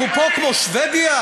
אנחנו פה כמו שבדיה?